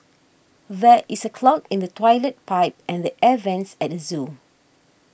there is a clog in the Toilet Pipe and the Air Vents at the zoo